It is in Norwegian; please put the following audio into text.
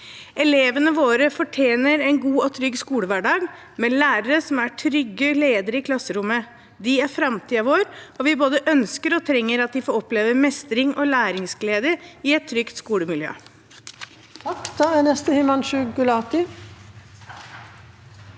Elevene våre fortjener en god og trygg skolehverdag med lærere som er trygge ledere i klasserommet. De er framtiden vår, og vi både ønsker og trenger at de får oppleve mestring og læringsglede i et trygt skolemiljø.